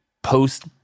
post